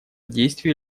действий